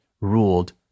ruled